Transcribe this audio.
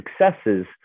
successes